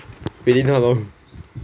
within how long